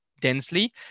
Densely